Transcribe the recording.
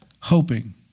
hoping